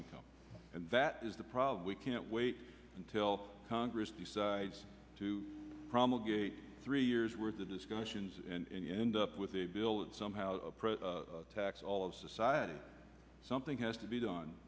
income and that is the problem we can't wait until congress decides to promulgating three years worth of discussions in end up with a bill that somehow approach tax all of society something has to be done